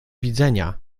widzenia